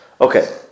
Okay